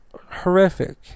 horrific